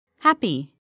Happy